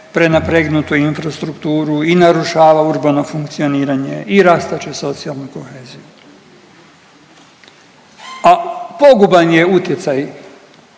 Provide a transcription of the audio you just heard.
prenapregnutu infrastrukturu i narušava urbano funkcioniranje i rastuću socijalnu koheziju, a poguban je utjecaj